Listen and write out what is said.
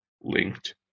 linked